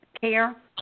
care